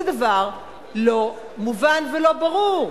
זה דבר לא מובן ולא ברור.